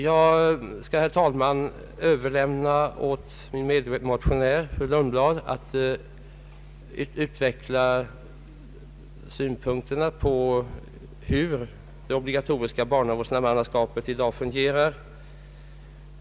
Jag skall, herr talman, överlämna åt min medmotionär, fru Lundblad, att utveckla synpunkterna på hur det obligatoriska barnavårdsmannaskapet i dag fungerar.